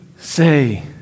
Say